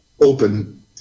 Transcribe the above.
open